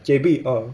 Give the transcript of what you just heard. J_B orh